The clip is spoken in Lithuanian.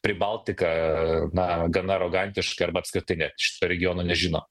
pribaltiką na gan arogantiškai arba apskritai ne šito regiono nežino